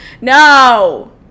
no